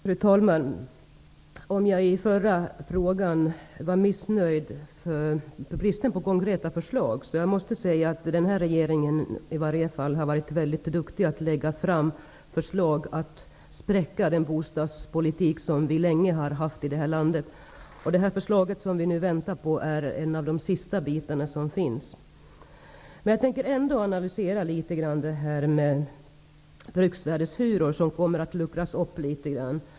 Fru talman! När jag ställde min förra fråga verkade jag kanske missnöjd med bristen på konkreta förslag. Jag måste säga att denna regering har varit mycket duktig på att lägga fram förslag som spräcker den bostadspolitik som vi länge har haft i det här landet. Det förslag som vi nu väntar på gäller en av de sista bitarna. Jag tänker ändock analysera systemet med bruksvärdeshyror, som kommer att luckras upp.